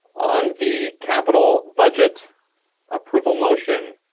on the capital budget approval motion,